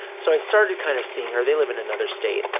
so, i started kind of seeing her. they live in another state,